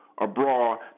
abroad